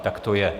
Tak to je.